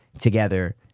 together